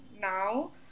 now